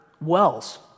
wells